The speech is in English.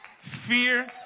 Fear